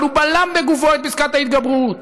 אבל הוא בלם בגופו את פסקת ההתגברות,